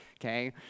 Okay